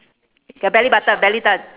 ya belly button belly ton